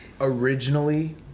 Originally